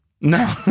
no